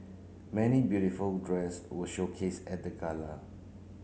many beautiful dress were showcased at the gala